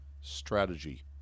strategy